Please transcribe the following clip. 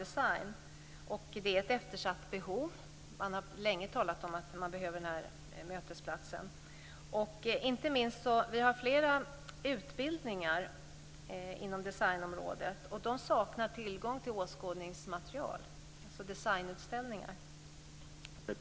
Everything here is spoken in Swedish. Det gäller ett eftersatt behov. Man har länge talat om att man behöver den här mötesplatsen. Vi har inte minst flera utbildningar inom designområdet som saknar tillgång till åskådningsmaterial, alltså designutställningar.